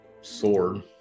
sword